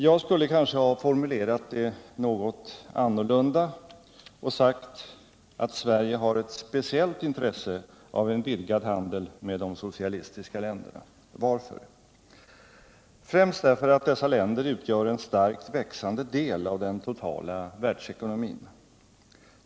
Jag skulle kanske ha formulerat det något annorlunda och sagt att Sverige har ett speciellt intresse av en vidgad handel med de socialistiska länderna. Varför? Främst därför att dessa länder utgör en starkt växande del av den totala världsekonomin.